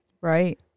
Right